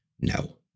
No